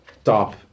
stop